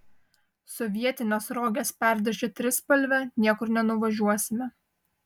sovietines roges perdažę trispalve niekur nenuvažiuosime